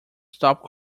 stop